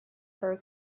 her